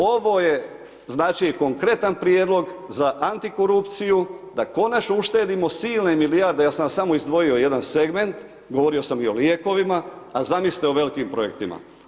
Ovo je znači konkretan prijedlog za antikorupciju da konačno uštedimo silne milijarde, ja sam vam samo izdvojio jedan segment, govorio sam i o lijekovima, a zamislite o velikim projektima.